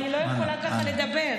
אני לא יכולה ככה לדבר.